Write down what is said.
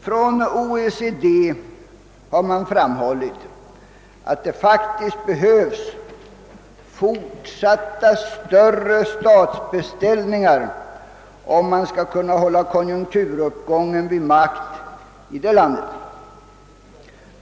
Från OECD:s sida har framhållits att det faktiskt behövs fortsatta större statsbeställningar, om man i Tyskland skall kunna hålla konjunkturuppgången vid makt.